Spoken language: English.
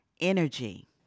energy